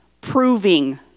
proving